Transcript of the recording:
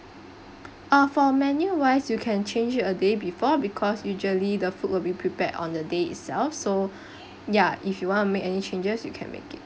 uh for menu wise you can change it a day before because usually the food will be prepared on the day itself so ya if you want to make any changes you can make it